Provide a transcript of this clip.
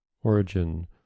origin